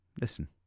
Listen